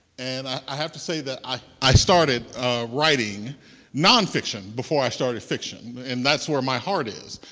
and i have to say that i i started writing nonfiction before i started fiction. and that's where my heart is.